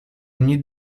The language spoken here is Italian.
ogni